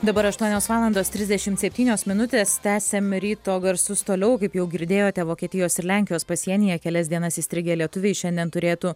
dabar aštuonios valandos trisdešimt septynios minutės tęsiam ryto garsus toliau kaip jau girdėjote vokietijos ir lenkijos pasienyje kelias dienas įstrigę lietuviai šiandien turėtų